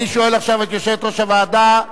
אני שואל עכשיו את יושבת-ראש הוועדה,